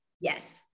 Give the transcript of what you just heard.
Yes